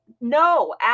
no